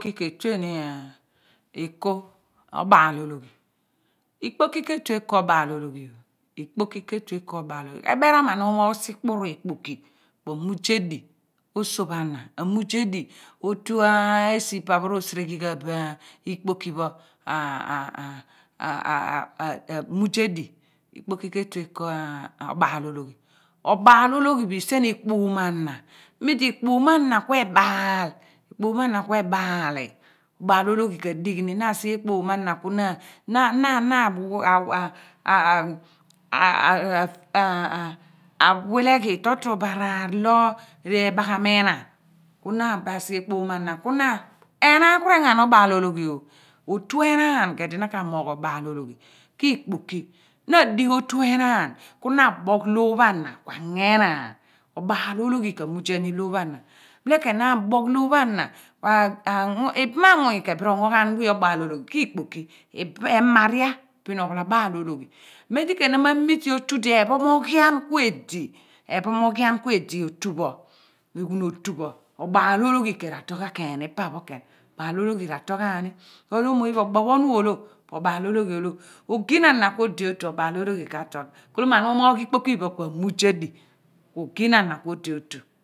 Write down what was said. Ki ke tue nieh eko oba lologhi ikpoki ke tue eko obalologhi ikpoki ke tue eko obalologhi eberaan me ana umogh si kpuru ikpokui ku annyedi ojoph ana amuzedi otua esi phi pa ro sere ghi gha bo ikpoki pho amuzedi ikpoki ke tue eku obalologhi obalologhi isien ekpon ma ana mem di ekpan ana ku ebaal ekpom mo ana ku ebaali obalologhi ka dighni na asighi ekpoun mo ana ku na awile ghi toro toro bo, araar lo re bagha mi ina ku akipasi ekpon ana ku na enaan ku rengho obaalo loghio otu enaan ku edi naka mogh obalologhi ki ikpoki na digi otu enaan ku na abogh loor pha na bile kiheen naabogh loor pha na ibaam anmunny kheem bin ro ghi ghen we obaldloghi ki kiikpoki amaariah mem di kheem na ma mi teh otu di ephomoghion ku edi ephomoghian ku edi otu pho eghun otu pho abalolughi ra tol ghan kheen ni pa pho kheen obalologhi ra tol ghaani erumulo obophonn olo po obalelghi olo ogina ana ku odi otu obalologhi ka tol khala ma na umohg ikpoki phi phen ku muyedi ku ogina ana ku odi otu